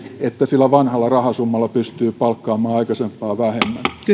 että sillä vanhalla rahasummalla pystyy palkkaamaan aikaisempaa vähemmän